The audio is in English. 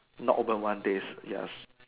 not open one days yes